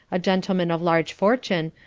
a gentleman of large fortune,